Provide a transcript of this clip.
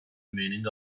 meaning